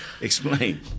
explain